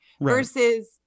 Versus